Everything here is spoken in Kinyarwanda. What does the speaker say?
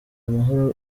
amahoro